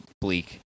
bleak